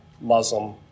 muslim